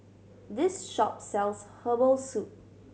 this shop sells herbal soup